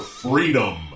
freedom